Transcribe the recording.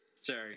Sorry